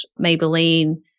Maybelline